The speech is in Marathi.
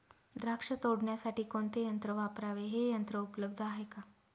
द्राक्ष तोडण्यासाठी कोणते यंत्र वापरावे? हे यंत्र उपलब्ध आहे का?